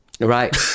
right